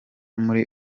muri